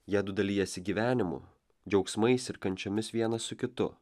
jiedu dalijasi gyvenimu džiaugsmais ir kančiomis vienas su kitu